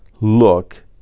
look